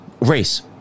race